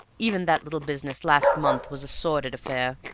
even that little business last month was a sordid affair,